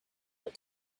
were